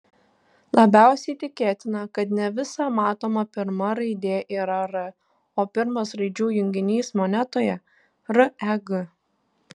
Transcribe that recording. labiausiai tikėtina kad ne visa matoma pirma raidė yra r o pirmas raidžių junginys monetoje reg